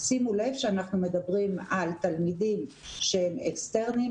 שימו לב שאנחנו מדברים על תלמידים שהם אקסטרניים